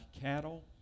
cattle